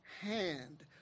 hand